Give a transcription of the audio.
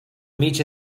meet